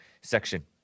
section